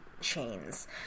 chains